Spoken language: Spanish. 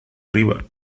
arriba